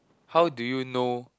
how do you know